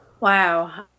Wow